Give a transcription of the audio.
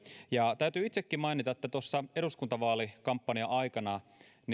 ja täytyy itsekin mainita että tuossa eduskuntavaalikampanjan aikana